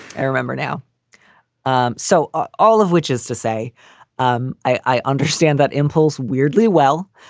i remember now um so ah all of which is to say um i understand that impulse weirdly well.